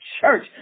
church